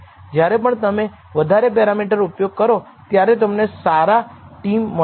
જ્યારે પણ તમે વધારે પેરામીટર ઉપયોગ કરો ત્યારે તમને સારો t મળે છે